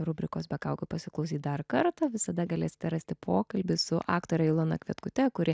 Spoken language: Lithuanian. rubrikos be kaukių pasiklausyt dar kartą visada galėsite rasti pokalbį su aktore ilona kvietkute kuri